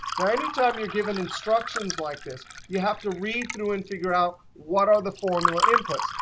now, any time you're given instructions like this, you have to read through and figure out what are the formula inputs.